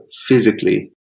physically